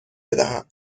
بدهم